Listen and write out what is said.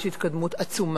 יש התקדמות עצומה,